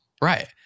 Right